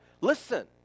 listen